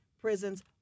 prisons